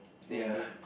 then you don't